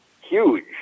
huge